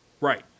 Right